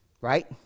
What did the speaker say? Right